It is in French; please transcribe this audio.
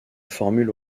formule